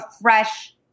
fresh